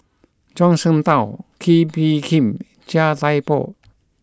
Zhuang Shengtao Kee Bee Khim Chia Thye Poh